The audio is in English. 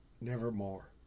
Nevermore